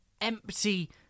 empty